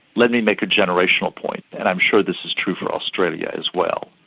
let me make a generational point, and i'm sure this is true for australia as well,